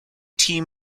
team